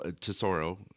Tesoro